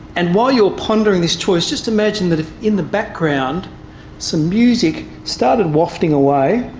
and while you're pondering this choice just imagine that in the background some music started wafting away,